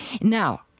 Now